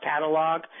catalog